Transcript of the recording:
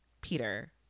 Peter